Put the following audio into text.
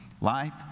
Life